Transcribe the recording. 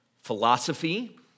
philosophy